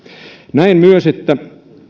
näen myös että